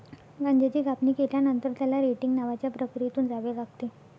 गांजाची कापणी केल्यानंतर, त्याला रेटिंग नावाच्या प्रक्रियेतून जावे लागते